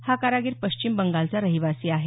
हा कारागीर पश्चिम बंगालचा रहिवासी आहे